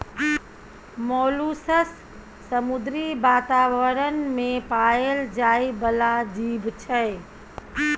molluscs समुद्री बातावरण मे पाएल जाइ बला जीब छै